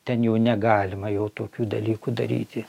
ten jų negalima jau tokių dalykų daryti